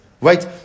right